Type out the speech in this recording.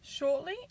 Shortly